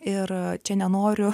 ir čia nenoriu